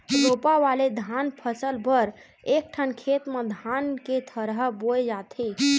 रोपा वाले धान फसल बर एकठन खेत म धान के थरहा बोए जाथे